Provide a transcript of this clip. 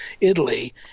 Italy